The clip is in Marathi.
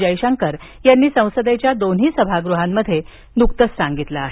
जयशंकर यांनी संसदेच्या दोन्ही सभागृहांमध्ये नुकतंच सांगितलं आहे